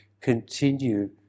continue